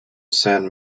san